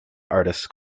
artists